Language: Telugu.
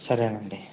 సరే అండి